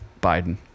Biden